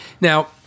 Now